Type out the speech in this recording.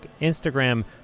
Instagram